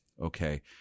okay